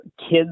kids